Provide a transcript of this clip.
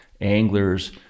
anglers